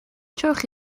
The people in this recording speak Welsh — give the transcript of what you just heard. trowch